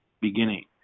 beginning